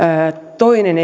toinen